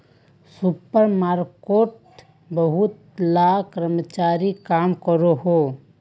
super मार्केटोत बहुत ला कर्मचारी काम करोहो